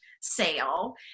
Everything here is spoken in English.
sale